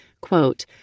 Quote